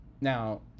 Now